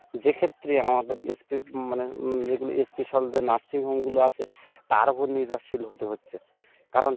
যেক্ষেত্রে আমাদের মানে যেগুলি স্পেশাল যে নার্সিংহোমগুলো আছে তার উপর নির্ভরশীল হতে হচ্ছে কারণ